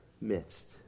midst